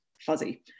fuzzy